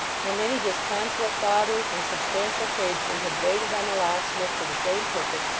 how many disconsolate fathers and substantial tradesmen had waited on the locksmith for the same purpose,